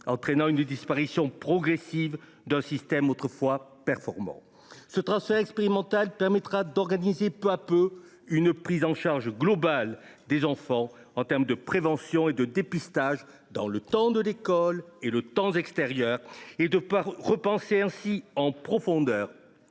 entraînant la disparition progressive d’un système autrefois performant. Ce transfert expérimental permettra d’organiser peu à peu une prise en charge globale des enfants en matière de prévention et de dépistage, dans le temps de l’école et dans le temps extérieur, et de repenser ainsi en profondeur